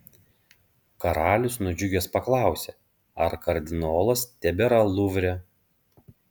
karalius nudžiugęs paklausė ar kardinolas tebėra luvre